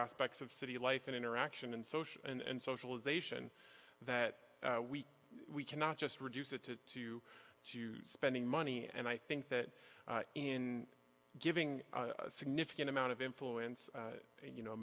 aspects of city life and interaction and social and socialization that we we cannot just reduce it to two to spending money and i think that in giving a significant amount of influence and you know a